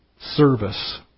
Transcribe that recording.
service